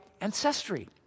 ancestry